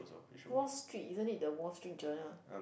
Wall Street isn't it the Wall Street journal